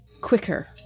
quicker